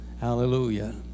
Hallelujah